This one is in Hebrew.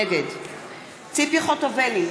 נגד ציפי חוטובלי,